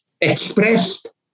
expressed